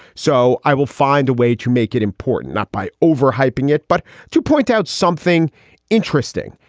so i will find a way to make it important, not by overhyping it, but to point out something interesting.